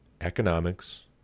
economics